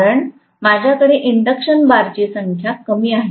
कारण माझ्याकडे इंडक्शन बारची संख्या कमी आहे